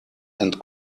and